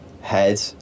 head